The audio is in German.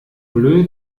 bleu